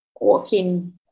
walking